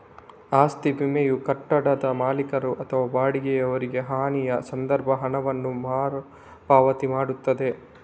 ಆಸ್ತಿ ವಿಮೆಯು ಕಟ್ಟಡದ ಮಾಲೀಕರು ಅಥವಾ ಬಾಡಿಗೆಯವರಿಗೆ ಹಾನಿಯ ಸಂದರ್ಭ ಹಣವನ್ನ ಮರು ಪಾವತಿ ಮಾಡ್ತದೆ